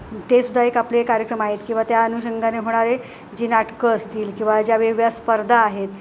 ते सुद्धा एक आपले कार्यक्रम आहेत किंवा त्या अनुषंगाने होणारे जी नाटकं असतील किंवा ज्या वेगवेगळ्या स्पर्धा आहेत